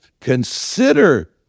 consider